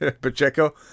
Pacheco